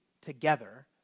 together